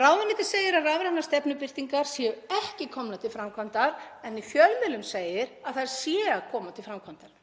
Ráðuneytið segir að rafrænar stefnubirtingar séu ekki komnar til framkvæmda en í fjölmiðlum segir að þær séu að koma til framkvæmda.